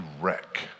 wreck